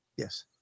Yes